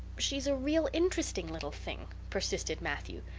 she's a real interesting little thing, persisted matthew.